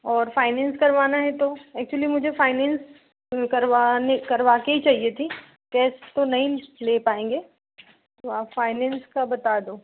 और फाइनेंस करवाना है तो अक्चुअली मुझे फाइनेंस करवाने करवाके ही चाहिए थी टेस्ट तो नहीं ले पाएँगे तो आप फाइनेंस का बता दो